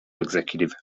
executive